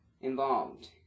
involved